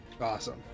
Awesome